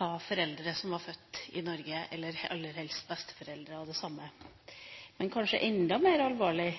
foreldre – og aller helst også besteforeldre – som er født i Norge. Men kanskje enda mer alvorlig: